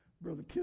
Brother